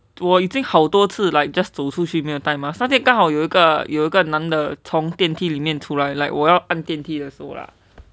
我已经好多次 like just 走出去没有戴 mask 那天刚好有一个有一个男的从电梯里面出来 like 我要要按电梯的时候啦